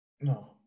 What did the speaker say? No